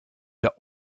der